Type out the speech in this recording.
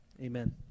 Amen